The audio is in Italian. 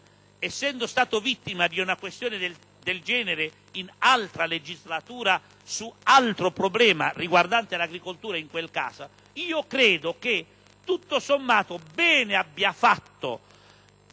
essendo stato vittima di una questione del genere in altra legislatura, su un altro problema riguardante in quel caso l'agricoltura, tutto sommato bene abbia fatto